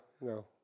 no